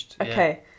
Okay